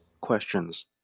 questions